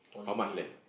how much left